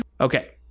Okay